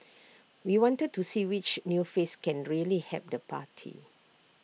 we wanted to see which new face can really help the party